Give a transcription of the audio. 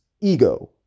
ego